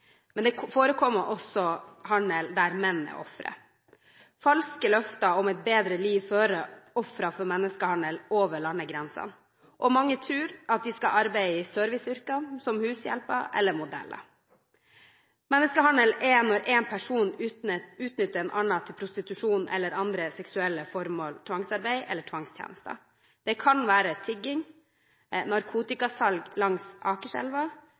men det forekommer også handel der menn er ofre. Falske løfter om et bedre liv fører ofrene for menneskehandel over landegrensene, og mange tror at de skal arbeide i serviceyrkene, som hushjelp eller som modell. Menneskehandel er det når en person utnytter en annen til prostitusjon eller andre seksuelle formål, til tvangsarbeid eller til tvangstjenester. Det kan være tigging, narkotikasalg langs Akerselva